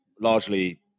largely